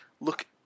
look